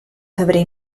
febrer